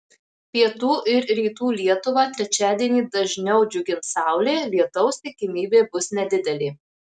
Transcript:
pietų ir rytų lietuvą trečiadienį dažniau džiugins saulė lietaus tikimybė bus nedidelė